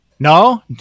No